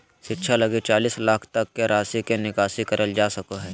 शिक्षा लगी चालीस लाख तक के राशि के निकासी करल जा सको हइ